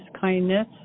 kindness